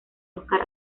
oscar